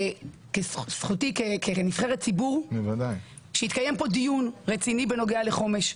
זכותי כנבחרת ציבור שיתקיים פה דיון רציני בנוגע לחומש.